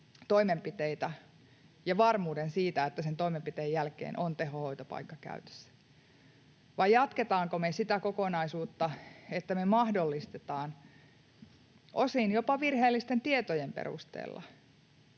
toimenpiteitä ja varmuuden siitä, että sen toimenpiteen jälkeen on tehohoitopaikka käytössä, vai jatketaanko me sitä kokonaisuutta, että me mahdollistetaan, osin jopa virheellisten tietojen perusteella,